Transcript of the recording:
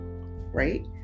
Right